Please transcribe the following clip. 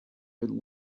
been